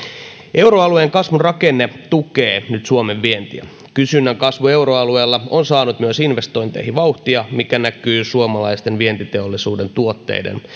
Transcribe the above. euroalueen kasvun rakenne tukee nyt suomen vientiä kysynnän kasvu euroalueella on saanut myös investointeihin vauhtia mikä näkyy suomalaisten vientiteollisuuden tuotteiden